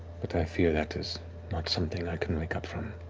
but i fear that is not something i can wake up from.